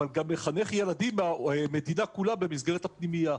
אבל גם לחנך מדינה כולה במסגרת הפנימייה.